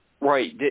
Right